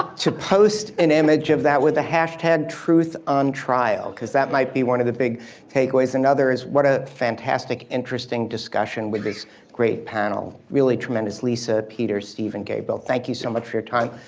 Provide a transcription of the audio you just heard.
to post an image of that with the hashtag, truth on trial, because that might be one of the big takeaways. and otherwise, what a fantastic interesting discussion with this great panel, really tremendous lisa, peter, steven, gabriel. thank you so much for your time.